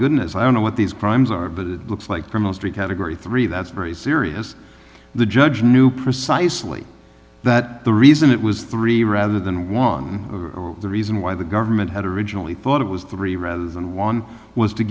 goodness i don't know what these crimes are but it looks like a mostly category three that's very serious the judge knew precisely that the reason it was three rather than one the reason why the government had originally thought it was three rather than one was to